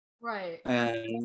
Right